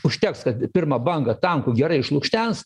užteks kad pirmą bangą tankų gerai išlukštens